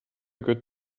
good